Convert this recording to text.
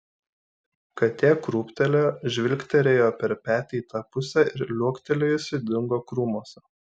katė krūptelėjo žvilgterėjo per petį į tą pusę ir liuoktelėjusi dingo krūmuose